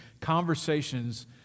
conversations